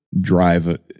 drive